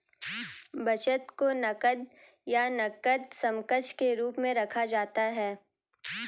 बचत को नकद या नकद समकक्ष के रूप में रखा जाता है